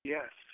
Yes